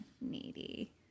needy